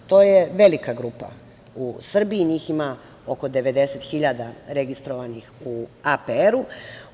To je velika grupa u Srbiji njih ima oko 90.000 registrovanih u APR-u.